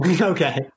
Okay